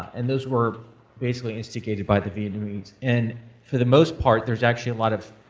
and those were basically instigated by the vietnamese. and for the most part, there's actually a lot of